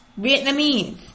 Vietnamese